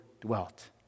dwelt